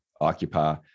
occupy